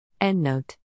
EndNote